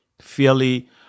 fairly